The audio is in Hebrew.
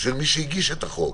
של מי שהגיש את החוק.